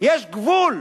יש גבול.